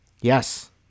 Yes